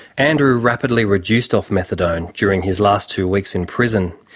andrew rapidly reduced off methadone during his last two weeks in prison.